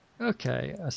Okay